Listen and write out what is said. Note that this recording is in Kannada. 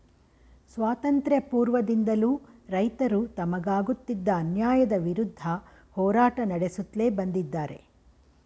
ಸ್ವಾತಂತ್ರ್ಯ ಪೂರ್ವದಿಂದಲೂ ರೈತರು ತಮಗಾಗುತ್ತಿದ್ದ ಅನ್ಯಾಯದ ವಿರುದ್ಧ ಹೋರಾಟ ನಡೆಸುತ್ಲೇ ಬಂದಿದ್ದಾರೆ